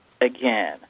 Again